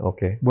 Okay